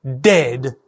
dead